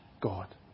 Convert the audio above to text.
God